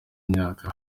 imyaka